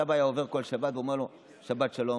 סבא היה עובר כל שבת ואומר לו: "שבת שלום,